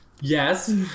Yes